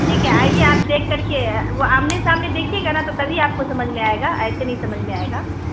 ٹھیک ہے آئیے آپ دیکھ کر کے وہ آامنے سامنے دیکھیے گا نا تو تبھی آپ کو سمجھ میں آئے گا ایسے نہیں سمجھ میں آئے گا